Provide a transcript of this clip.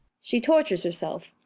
she tortures herself,